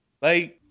Bye